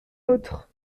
nôtres